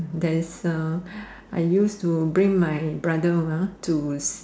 that is the I use to bring my brother uh to